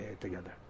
together